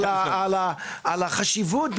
על החשיבות.